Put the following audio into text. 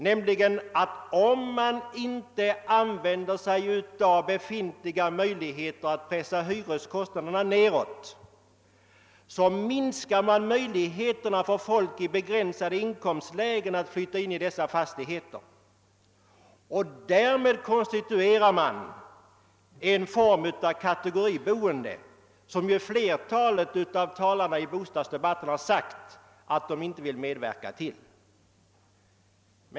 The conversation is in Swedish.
Använder man sig nämligen inte av befintliga möjligheter att pressa ned hyreskostnaden minskar man möjligheterna för människor med begränsade inkomster att flytta in i dessa fastigheter, och därmed konstituerar man en form av kategoriboende, som ju flertalet av talarna i bostadsdebatten sagt sig inte vilja medverka till.